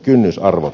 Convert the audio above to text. kynnysarvot